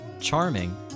charming